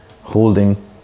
Holding